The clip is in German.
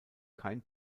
kein